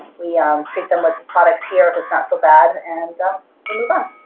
we treat them with some products here if it's not so bad and but move on.